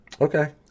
okay